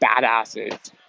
badasses